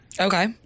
Okay